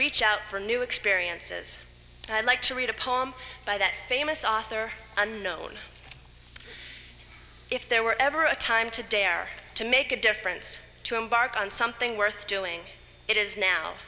reach out for new experiences and i'd like to read a poem by that famous author unknown if there were ever a time to dare to make a difference to embark on something worth doing it is now